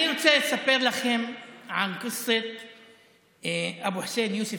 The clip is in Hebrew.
אני רוצה לספר לכם על אבו חוסיין יוסף